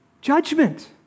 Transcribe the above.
judgment